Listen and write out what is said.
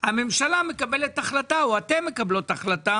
הממשלה מקבלת החלטה או אתן מקבלות החלטה